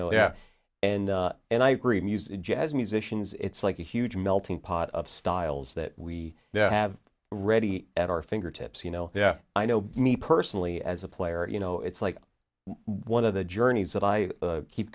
yeah and and i agree music jazz musicians it's like a huge melting pot of styles that we now have ready at our fingertips you know yeah i know me personally as a player you know it's like one of the journeys that i keep